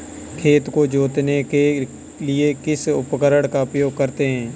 खेत को जोतने के लिए किस उपकरण का उपयोग करते हैं?